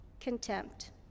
contempt